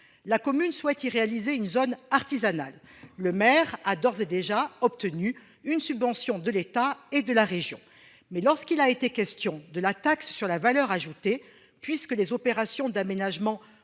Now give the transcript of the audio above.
La commune souhaite y réaliser une zone artisanale. Le maire a d'ores et déjà obtenu une subvention de l'État et de la région. Mais lorsqu'il a été question de la taxe sur la valeur ajoutée puisque les opérations d'aménagement